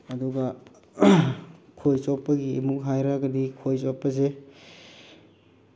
ꯑꯗꯨꯒ ꯈꯣꯏ ꯆꯣꯞꯄꯒꯤ ꯑꯃꯨꯛ ꯍꯥꯏꯔꯒꯗꯤ ꯈꯣꯏ ꯆꯣꯞꯄꯁꯦ